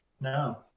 No